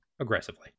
aggressively